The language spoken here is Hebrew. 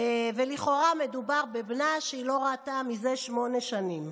ולכאורה מדובר בבנה שהיא לא ראתה זה שמונה שנים.